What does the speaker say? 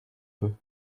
peu